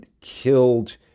killed